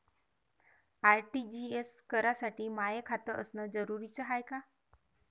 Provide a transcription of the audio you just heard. RTGS करासाठी माय खात असनं जरुरीच हाय का?